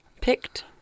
picked